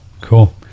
cool